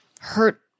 hurt